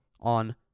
on